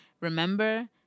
Remember